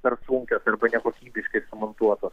per sunkios arba nekokybiškai sumontuotos